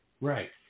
Right